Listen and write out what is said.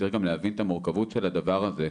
צריך גם להבין את המורכבות של הדבר הזה,